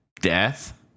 death